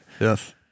Yes